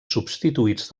substituïts